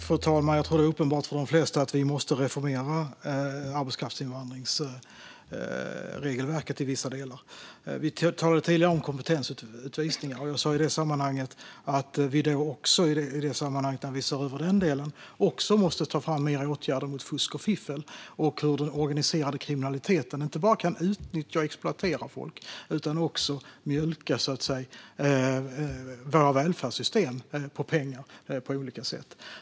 Fru talman! Jag tror att det är uppenbart för de flesta att vi måste reformera arbetskraftsinvandringsregelverket i vissa delar. Vi talade tidigare om kompetensutvisningar, och i det sammanhanget sa jag att när vi ser över den delen måste vi även ta fram fler åtgärder mot fusk och fiffel - mot att den organiserade kriminaliteten inte bara kan utnyttja och exploatera folk utan också på olika sätt mjölka våra välfärdssystem på pengar.